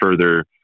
further